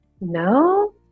no